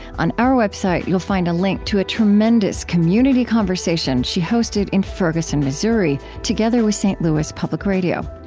on our website, you'll find a link to a tremendous community conversation she hosted in ferguson, missouri, together with st. louis public radio.